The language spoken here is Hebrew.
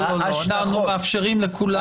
לא, לא, אנחנו מאפשרים לכולם.